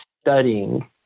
studying